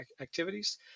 activities